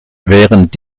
während